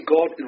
God